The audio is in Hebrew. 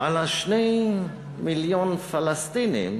על 2 מיליון פלסטינים